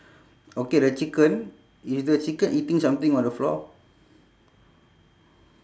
okay the chicken is the chicken eating something on the floor